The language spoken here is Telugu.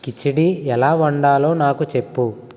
కిచిడి ఎలా వండాలో నాకు చెప్పు